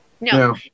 No